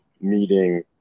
meeting